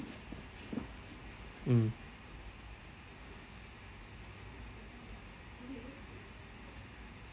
mm